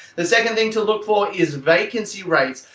the second thing to look for is vacancy rates.